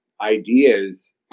ideas